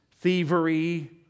thievery